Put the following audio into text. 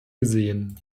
gesehen